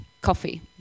coffee